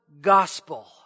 gospel